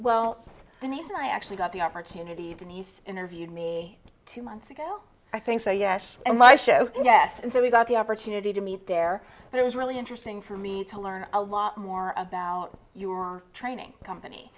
denise i actually got the opportunity to nice interviewed me two months ago i think so yes and my show yes and so we got the opportunity to meet there and it was really interesting for me to learn a lot more about your training company